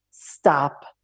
stop